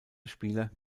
spieler